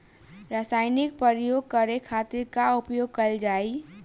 रसायनिक प्रयोग करे खातिर का उपयोग कईल जाइ?